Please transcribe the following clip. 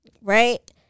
right